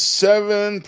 seven